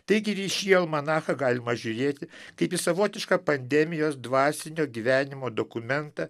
taigi ir į šį almanachą galima žiūrėti kaip į savotišką pandemijos dvasinio gyvenimo dokumentą